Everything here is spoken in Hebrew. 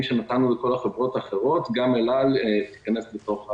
שנתנו לכל החברות האחרות גם אל-על תיכנס אל תוך העסק.